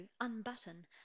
unbutton